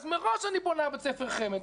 מראש אני בונה בית ספר חמ"ד,